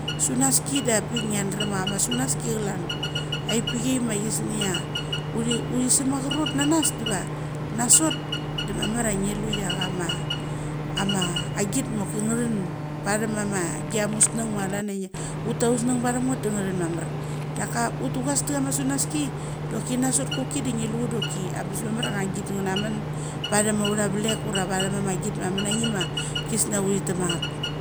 Sunaski da bik ngia drem a kama sunaski klan. A pai ma gisnia outhi sem a achrot nanas deva. Aeva nasot da mamar ia gie luia kama ama agit ma choki ngathan pathem ama gia musung ma clan ia ngi autusng bathem ngaeth da nga tan mamar. Daka utu gasta kama sunaski, doki na sot koki de nge lu doki abes mamar ia ana git ngna mun pathem outha vlek ura vathem ama git ma munagim ma gisnia uthi tamageth.